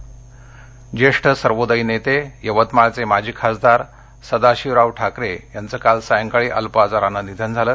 निधन यवतमाळ ज्येष्ठ सर्वोदयी नेते यवतमाळचे माजी खासदार सदाशिवराव ठाकरे यांचं काल सायंकाळी अल्प आजारानं निधन झालं